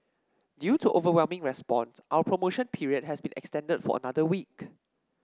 due to overwhelming response our promotion period has been extended for another week